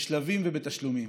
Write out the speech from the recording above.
בשלבים ובתשלומים,